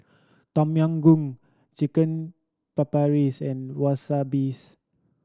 Tom Yam Goong Chicken Papris and Wasabis